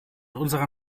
unserer